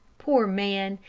poor man,